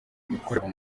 ibikorerwa